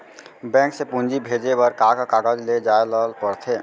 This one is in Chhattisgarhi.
बैंक से पूंजी भेजे बर का का कागज ले जाये ल पड़थे?